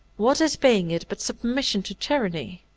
what is paying it but submission to tyranny?